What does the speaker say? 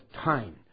time